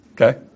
Okay